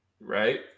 Right